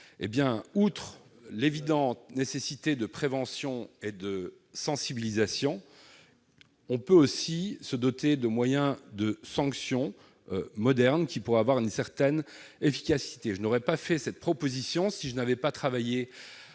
faire ? Outre l'évidente nécessité de prévention et de sensibilisation, il y a aussi des moyens de sanction modernes, qui peuvent avoir une certaine efficacité. Je n'aurais pas fait cette proposition si je n'avais pas travaillé